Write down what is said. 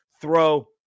throw